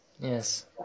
Yes